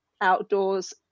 outdoors